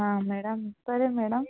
madam సరే madam